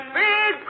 big